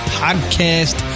podcast